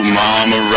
mama